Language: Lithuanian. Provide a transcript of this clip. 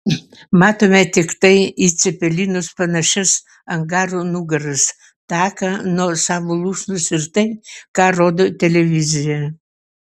matome tiktai į cepelinus panašias angarų nugaras taką nuo savo lūšnos ir tai ką rodo televizija